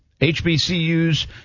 HBCU's